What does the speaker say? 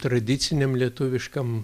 tradiciniam lietuviškam